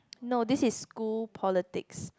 no this is school politics